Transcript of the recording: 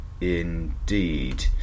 indeed